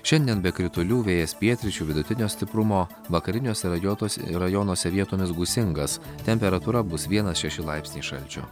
šiandien be kritulių vėjas pietryčių vidutinio stiprumo vakariniuose rajonuose rajonuose vietomis gūsingas temperatūra bus vienas šeši laipsniai šalčio